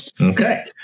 Okay